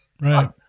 right